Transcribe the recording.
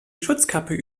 schutzkappe